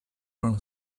from